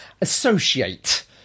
associate